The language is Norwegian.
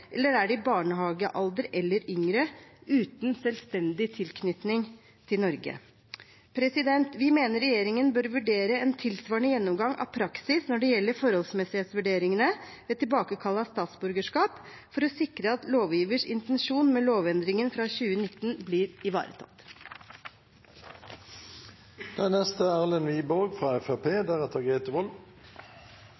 eller er i barnehagealder eller yngre og uten selvstendig tilknytning til Norge. Vi mener regjeringen bør vurdere en tilsvarende gjennomgang av praksis når det gjelder forholdsmessighetsvurderingene ved tilbakekall av statsborgerskap for å sikre at lovgivers intensjon med lovendringen fra 2019 blir